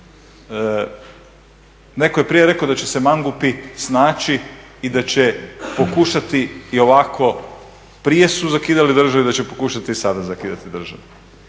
netko je prije rekao da će se mangupi snaći i da će pokušati i ovako, prije su zakidali državu, da će pokušati i sada zakidati državu.